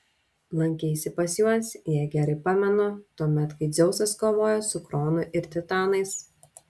lankeisi pas juos jei gerai pamenu tuomet kai dzeusas kovojo su kronu ir titanais